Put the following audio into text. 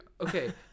okay